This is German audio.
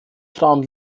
frauen